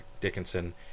Dickinson